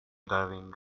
diving